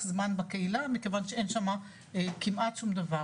זמן בקהילה מכיוון שאין שם כמעט שום דבר,